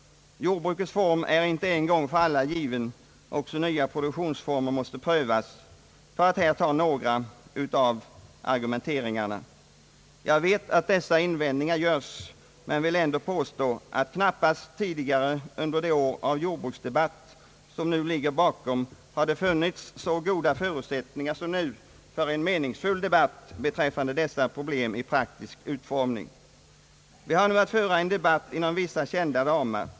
Jordbrukets form är inte en gång för alla given, också nya produktionsformer måste prövas, för att här ta några argumenteringar. Jag vet att dessa invändningar görs men vill ändå påstå att knappast tidigare under de år av jordbruksdebatt, som nu ligger bakom, har det funnits så goda förutsättningar som nu för en meningsfull debatt beträffande dessa problem i praktisk utformning. Vi har nu att föra en debatt inom vissa kända ramar.